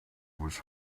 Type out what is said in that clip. was